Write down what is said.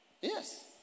Yes